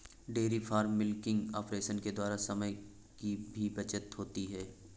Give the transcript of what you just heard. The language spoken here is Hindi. डेयरी फार्मिंग मिलकिंग ऑपरेशन के द्वारा समय की भी बचत होती है